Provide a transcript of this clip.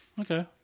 Okay